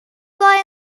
fly